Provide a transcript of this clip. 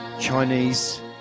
Chinese